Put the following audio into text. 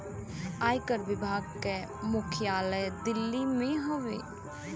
आयकर विभाग के मुख्यालय दिल्ली में हउवे